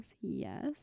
Yes